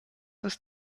ist